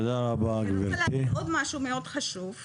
אני רוצה להגיד עוד משהו מאוד חשוב,